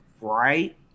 right